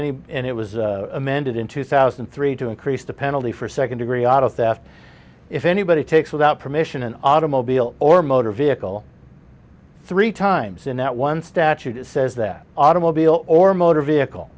any and it was amended in two thousand and three to increase the penalty for second degree auto theft if anybody takes without permission an automobile or motor vehicle three times in that one statute says that automobile or motor vehicle